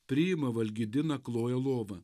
priima valgydina kloja lovą